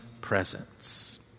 presence